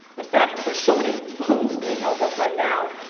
the fact that there's so many phones being held up right now.